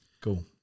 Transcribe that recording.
cool